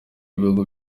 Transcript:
ibihugu